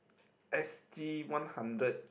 s_g one hundred